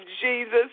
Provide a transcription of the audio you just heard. Jesus